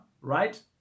right